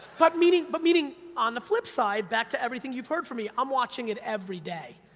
but meaning but meaning on the flip side, back to everything you've heard from me, i'm watching it every day.